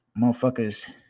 motherfuckers